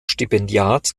stipendiat